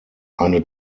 eine